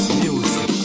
music